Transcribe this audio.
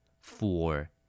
Four